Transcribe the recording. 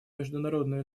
международное